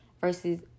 versus